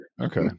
okay